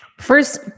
First